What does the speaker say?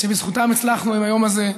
שבזכותם הצלחנו עם היום הזה: